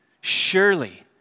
Surely